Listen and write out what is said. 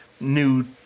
new